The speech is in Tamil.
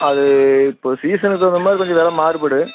அது இப்போது சீசனுக்கு தகுந்த மாதிரி கொஞ்சம் விலை மாறுபடும்